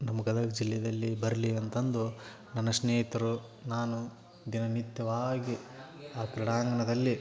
ನಮ್ಮ ಗದಗ ಜಿಲ್ಲೆಯಲ್ಲಿ ಬರಲಿ ಅಂತಂದು ನನ್ನ ಸ್ನೇಹಿತರು ನಾನು ದಿನನಿತ್ಯವಾಗಿ ಆ ಕ್ರೀಡಾಂಗಣದಲ್ಲಿ